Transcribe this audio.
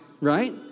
right